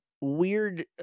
weird